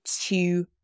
two